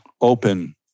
open